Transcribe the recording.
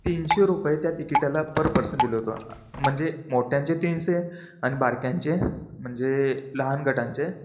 तीनशे रुपये त्या तिकिटाला पर पर्सन दिलं होतं म्हणजे मोठ्यांचे तीनसे अन बारक्यांचे म्हणजे लहान गटांचे